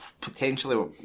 Potentially